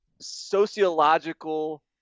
sociological